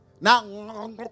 Now